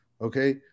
Okay